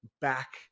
back